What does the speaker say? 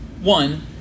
One